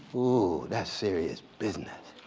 oh, that's serious business.